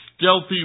stealthy